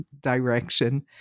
direction